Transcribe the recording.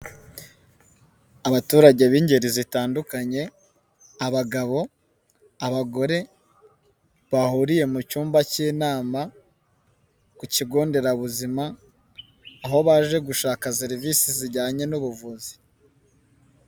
Abaturage b'ingeri zitandukanye: abagabo, abagore, bahuriye mu cyumba cy'inama ku kigo nderabuzima, aho baje gushaka serivisi zijyanye n'ubuvuzi.